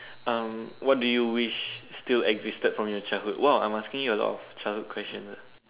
um what do you wish still existed from your childhood !wow! I'm asking you a lot of childhood questions ah